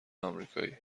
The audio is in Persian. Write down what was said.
آمریکایی